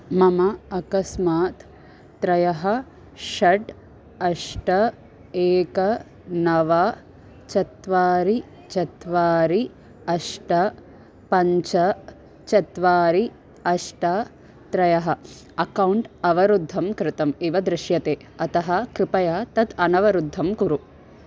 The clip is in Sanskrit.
मम अकस्मात् त्रयः षट् अष्ट एकं नव चत्वारि चत्वारि अष्ट पञ्च चत्वारि अष्ट त्रीणि अकौण्ट् अवरुद्धं कृतम् इव दृश्यते अतः कृपया तत् अनवरुद्धं कुरु